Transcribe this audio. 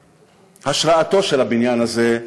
בהשראתו של הבניין הזה,